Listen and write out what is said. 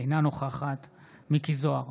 אינה נוכחת מכלוף מיקי זוהר,